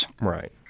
Right